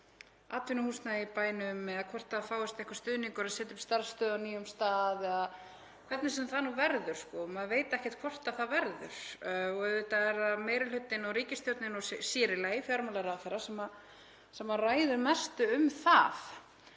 atvinnuhúsnæði í bænum eða hvort það fáist einhver stuðningur til að setja upp starfsstöð á nýjum stað eða hvernig sem það nú verður. Maður veit ekkert hvort það verður. Auðvitað er það meiri hlutinn og ríkisstjórnin og sér í lagi fjármálaráðherra sem ræður mestu um það,